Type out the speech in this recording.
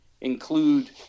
include